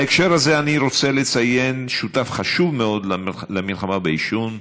בהקשר הזה אני רוצה לציין שותף חשוב מאוד למלחמה בעישון,